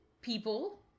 people